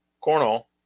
Cornell